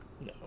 No